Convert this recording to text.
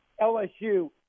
lsu